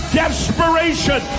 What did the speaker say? desperation